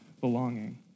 belonging